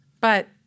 But-